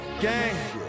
gang